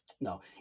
No